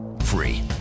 Free